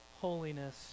holiness